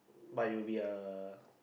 but you will be a